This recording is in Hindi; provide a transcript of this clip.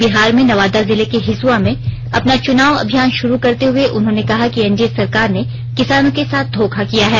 बिहार में नवादा जिले के हिसुआ में अपना चुनाव अभियान शुरू करते हुए उन्होंने कहा कि एनडीए सरकार ने किसानों के साथ धोखो किया है